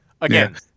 Again